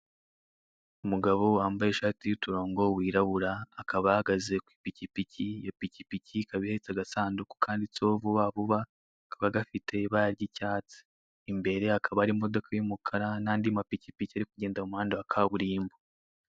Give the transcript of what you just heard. Umugabo wambaye ishati y'uturongo wirabura, akaba ahagaze ku ipikipiki iyo pikipiki ikaba ihetse agasanduku kanditseho vuba vuba kakaba gafite ibara ry'icyatsi imbere akaba ari imodoka y'umukara n'andi mapikipiki ari kugenda mu muhanda wa kaburimbo.